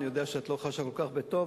אני יודע שאת לא חשה כל כך בטוב.